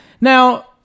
Now